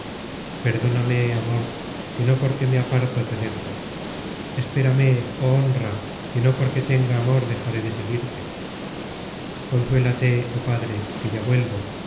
perdóname amor que no porque me aparto te dejo espérame oh honra que no porque tenga amor dejaré de seguirte consuélate joh padre que ya vuelvo